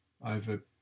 over